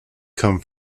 come